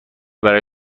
برای